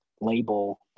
label